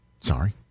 Sorry